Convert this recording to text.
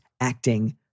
acting